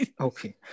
Okay